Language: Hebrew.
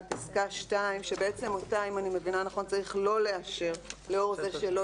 את פסקה (2) צריך לא לאשר לאור זה שלא